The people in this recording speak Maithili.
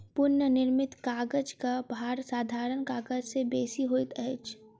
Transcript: पुनःनिर्मित कागजक भार साधारण कागज से बेसी होइत अछि